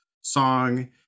song